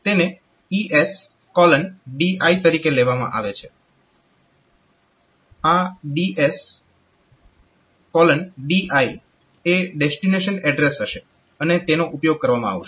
તેને ESDI તરીકે લેવામાં આવે છે આ ESDI એ ડેસ્ટીનેશન એડ્રેસ હશે અને તેનો ઉપયોગ કરવામાં આવશે